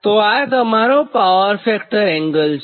તો આ તમારો પાવર ફેક્ટર એંગલ છે